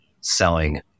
selling